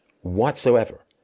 whatsoever